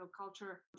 Culture